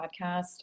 podcast